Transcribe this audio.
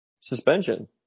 suspension